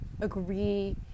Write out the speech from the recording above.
agree